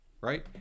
Right